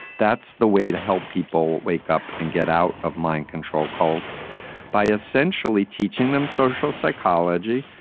that's the way to help people wake up and get out of mind control cults by essentially teaching them social psychology,